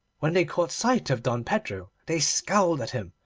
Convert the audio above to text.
when they caught sight of don pedro they scowled at him,